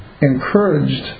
encouraged